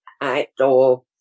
outdoor